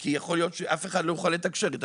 כי יכול להיות שאף אחד לא יוכל לתקשר איתו.